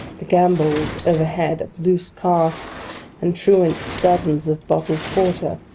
the gambols, overhead, of loose casks and truant dozens of bottled porter,